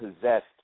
possessed